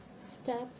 step